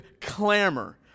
clamor